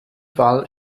fall